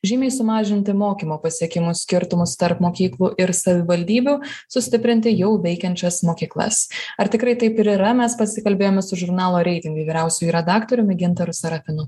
žymiai sumažinti mokymo pasiekimų skirtumus tarp mokyklų ir savivaldybių sustiprinti jau veikiančias mokyklas ar tikrai taip ir yra mes pasikalbėjome su žurnalo reitingai vyriausiuoju redaktoriumi gintaru sarafinu